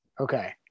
Okay